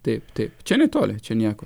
taip taip čia netoli čia nieko